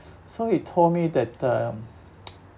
so he told me that um